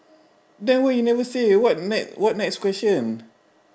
then why you never say what next what next question